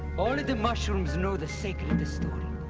all the the mushrooms know the sacred and story.